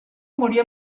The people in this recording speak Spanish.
murió